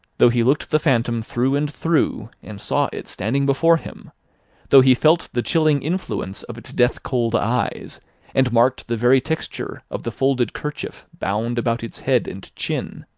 though he looked the phantom through and through, and saw it standing before him though he felt the chilling influence of its death-cold eyes and marked the very texture of the folded kerchief bound about its head and chin,